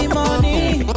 money